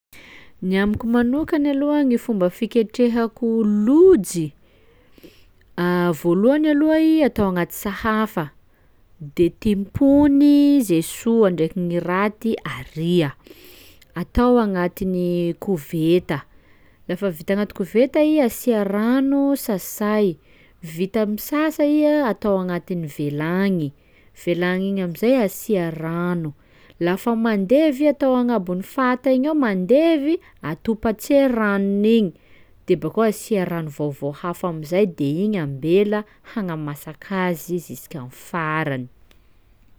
Gny amiko manokany aloha gny fomba fiketrehako lojy: voalohany aloha i atao agnaty sahafa de timpony zay soa ndraiky ny raty aria, atao agnatin'ny koveta, lafa vita agnaty koveta i asia rano sasay, vita misasa iha atao agnatin'ny vilagny, vilagny igny am'izay asia rano, lafa mandevy atao agnabon'ny fatagna eo mandevy atopa tse ranony igny, de bakeo asia rano vaovao hafa am'izay de igny ambela hagnamasaka azy jusk'amy farany.